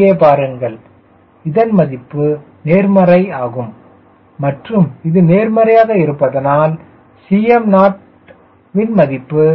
இங்கே பாருங்கள் இதன் மதிப்பு நேர்மறை ஆகும் மற்றும் இது நேர்மையாக இருப்பதால் Cm0வின் மதிப்பை